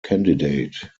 candidate